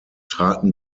traten